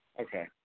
Okay